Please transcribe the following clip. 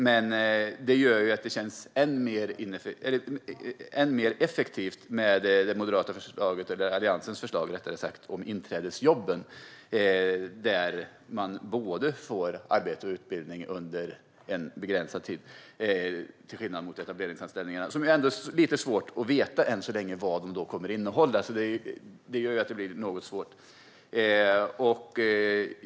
Detta gör att det känns än mer effektivt med Alliansens förslag om inträdesjobb, där man får både arbete och utbildning under en begränsad tid, till skillnad från etableringsanställningarna, som det än så länge är svårt att veta vad de kommer att innehålla.